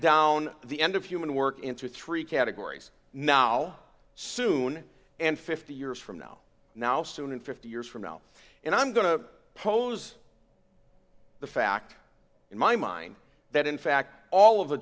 down the end of human work into three categories now soon and fifty years from now now soon fifty years from now and i'm going to pose the fact in my mind that in fact all of the